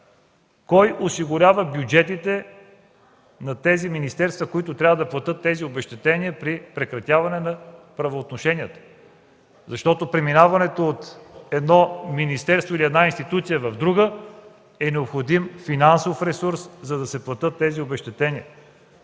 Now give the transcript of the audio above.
Кой осигурява бюджетите на тези министерства, които трябва да платят обезщетенията при прекратяване на правоотношенията? За преминаването от едно министерство или от една институция в друга е необходим финансов ресурс, за да се платят тези обезщетения.